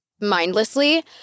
mindlessly